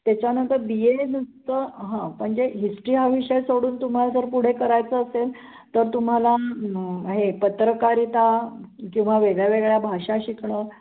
त्याच्यानंतर बी एडचं हां पण जे हिस्ट्री हा विषय सोडून तुम्हाला जर पुढे करायचं असेल तर तुम्हाला हे पत्रकारिता किंवा वेगळ्या वेगळ्या भाषा शिकणं